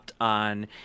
on